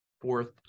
fourth